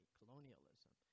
colonialism